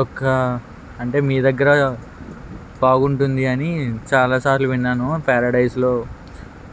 ఒక్క అంటే మీ దగ్గర బాగుంటుంది అని చాలా సార్లు విన్నాను ప్యారడైస్లో